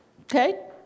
Okay